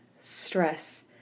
stress